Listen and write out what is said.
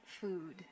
food